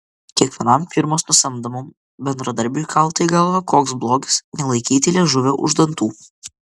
kiekvienam firmos nusamdomam bendradarbiui kalta į galvą koks blogis nelaikyti liežuvio už dantų